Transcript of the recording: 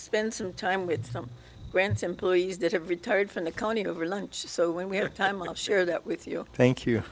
spend some time with some grants employees that have retired from the county over lunch so when we have time we'll share that with you thank you